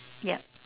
yeah